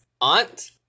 aunt